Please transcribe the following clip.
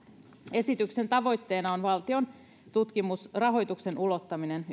esityksen tavoitteena on valtion tutkimusrahoituksen ulottaminen